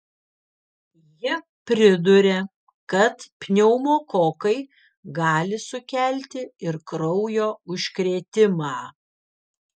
ji priduria kad pneumokokai gali sukelti ir kraujo užkrėtimą